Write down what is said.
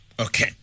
Okay